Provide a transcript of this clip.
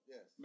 Yes